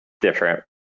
different